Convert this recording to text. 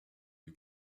you